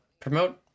promote